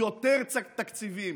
יותר תקציבים,